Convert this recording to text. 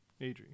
Adri